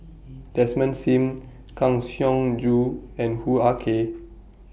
Desmond SIM Kang Siong Joo and Hoo Ah Kay